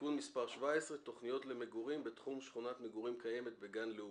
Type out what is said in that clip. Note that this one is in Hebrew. (תיקון מס' 17) (תכנית למגורים בתחום שכונת מגורים קיימת בגן לאומי),